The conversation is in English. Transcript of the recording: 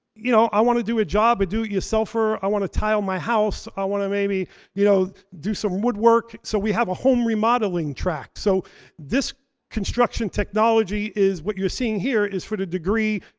you know i want to do a job, a do it yourselfer, i want to tile my house, i want to maybe you know do some woodwork. so we have a home remodeling track. so this construction technology is what you're seeing here is for the degree,